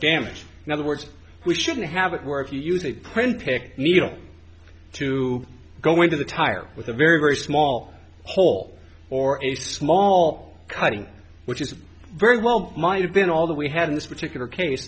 damage in other words we shouldn't have it where if you use a print pick needle to go into the tire with a very very small hole or a small cutting which is very well might have been all that we had in this particular case